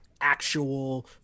actual